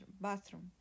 bathroom